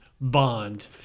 Bond